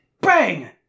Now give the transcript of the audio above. bang